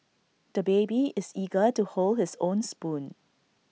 the baby is eager to hold his own spoon